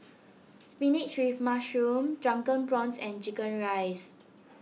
Spinach with Mushroom Drunken Prawns and Chicken Rice